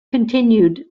continued